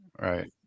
Right